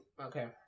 Okay